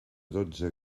dotze